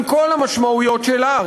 עם כל המשמעויות שלה,